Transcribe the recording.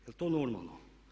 Jel' to normalno?